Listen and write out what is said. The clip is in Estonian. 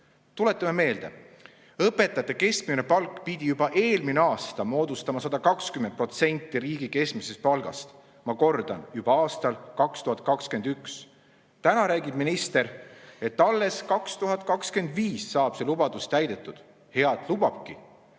Tuletame meelde, et õpetajate keskmine palk pidi juba eelmine aasta moodustama 120% riigi keskmisest palgast. Ma kordan: juba aastal 2021. Täna räägib minister, et alles 2025 saab see lubadus täidetud. Hea, et lubabki,